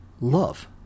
love